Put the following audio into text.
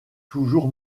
toujours